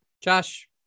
Josh